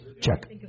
Check